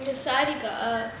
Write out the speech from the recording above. saree கா:kaa